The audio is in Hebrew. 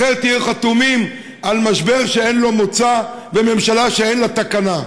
אחרת תהיו חתומים על משבר שאין לו מוצא וממשלה שאין לה תקנה.